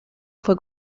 fue